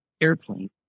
Airplane